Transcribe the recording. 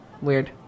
Weird